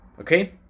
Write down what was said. okay